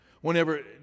whenever